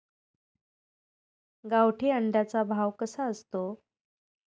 गावठी अंड्याचा भाव कसा असतो?